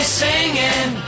singing